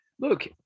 look